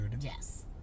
Yes